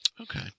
Okay